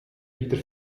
wieder